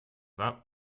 that